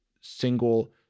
single